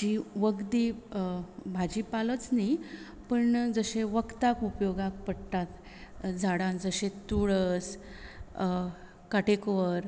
जी वखदी भाजी पालच न्हय पूण जशे वखदाक उपयोगाक पडटात झाडां जशे तुळस काटेकोवर